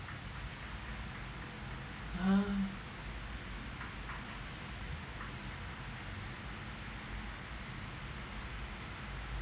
ah